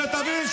שתבין,